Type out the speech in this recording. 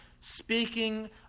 speaking